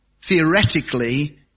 theoretically